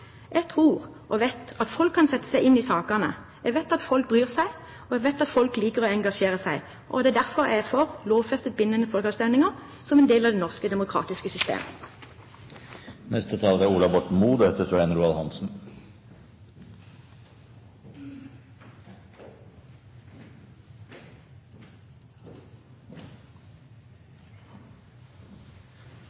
jeg just sa – jeg tror og vet at folk kan sette seg inn i sakene, jeg vet at folk bryr seg, jeg vet at folk liker å engasjere seg. Og det er derfor jeg er for lovfestede bindende folkeavstemninger som en del av det norske demokratiske system. Det er